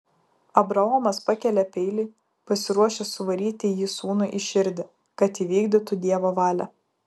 abraomas pakelia peilį pasiruošęs suvaryti jį sūnui į širdį kad įvykdytų dievo valią